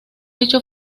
hecho